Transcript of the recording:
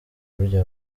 burya